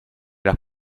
las